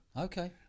Okay